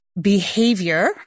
behavior